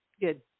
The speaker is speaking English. good